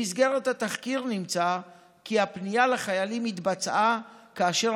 במסגרת התחקיר נמצא כי הפנייה לחיילים התבצעה כאשר